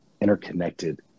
interconnected